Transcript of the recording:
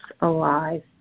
alive